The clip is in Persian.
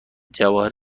جواهر